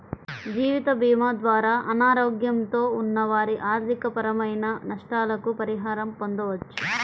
జీవితభీమా ద్వారా అనారోగ్యంతో ఉన్న వారి ఆర్థికపరమైన నష్టాలకు పరిహారం పొందవచ్చు